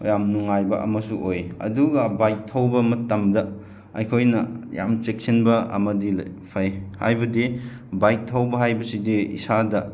ꯌꯥꯝ ꯅꯨꯡꯉꯥꯏꯕ ꯑꯃꯁꯨ ꯑꯣꯏ ꯑꯗꯨꯒ ꯕꯥꯏꯛ ꯊꯧꯕ ꯃꯇꯝꯗ ꯑꯩꯈꯣꯏꯅ ꯌꯥꯝ ꯆꯦꯛꯁꯤꯟꯕ ꯑꯃꯗꯤ ꯐꯩ ꯍꯥꯏꯕꯗꯤ ꯕꯥꯏꯛ ꯊꯧꯕ ꯍꯥꯏꯕꯁꯤꯗꯤ ꯏꯁꯥꯗ